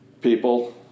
people